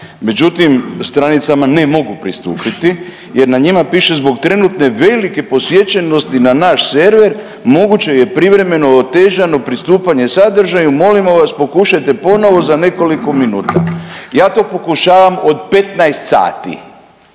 međutim stranicama ne mogu pristupiti jer na njima piše zbog trenutne velike posjećenosti na naš server moguće je privremeno otežano pristupanje sadržaju molimo vas pokušajte ponovo za nekoliko minuta. Ja to pokušavam od 15 sati,